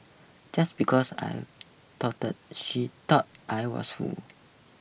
just because I tolerated she thought I was fool